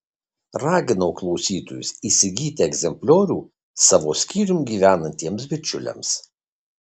raginau klausytojus įsigyti egzempliorių savo skyrium gyvenantiems bičiuliams